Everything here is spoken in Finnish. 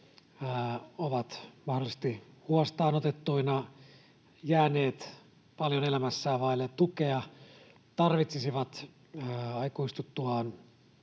ovat mahdollisesti huostaanotettuina jääneet paljon elämässään vaille tukea, tarvitsisivat vielä aikuistuttuaan